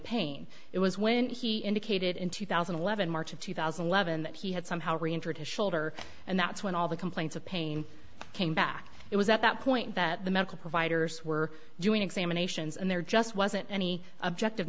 pain it was when he indicated in two thousand and eleven march of two thousand and eleven that he had somehow reentered his shoulder and that's when all the complaints of pain came back it was at that point that the medical providers were doing examinations and there just wasn't any objective